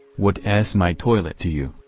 what s my toilet to you?